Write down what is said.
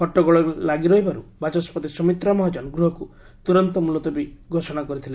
ହଟ୍ଟଗୋଳ ଲାଗି ରହିବାରୁ ବାଚସ୍ୱତି ସୁମିତ୍ରା ମହାଜନ ଗୃହକୁ ତୁରନ୍ତ ମୁଲତବୀ ଘୋଷଣା କରିଥିଲେ